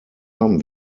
haben